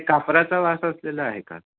ते कापराचा वास असलेलं आहे का